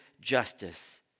justice